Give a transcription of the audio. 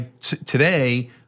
today